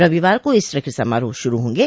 रविवार को ईस्टर के समारोह शुरू होंगे